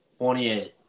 28